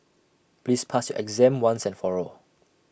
please pass your exam once and for all